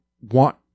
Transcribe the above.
want